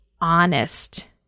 honest